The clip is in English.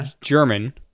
German